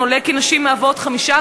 היושב-ראש,